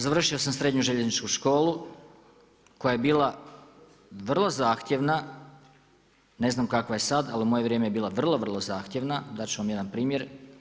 Završio sam srednju željezničku školu koja je bila vrlo zahtjevna, ne znam kakva je sad, ali u moje vrijeme je bila vrlo, vrlo zahtjevna, dat ću vam jedan primjer.